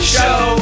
Show